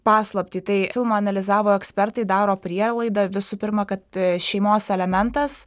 paslaptį tai filmą analizavo ekspertai daro prielaidą visų pirma kad šeimos elementas